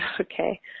Okay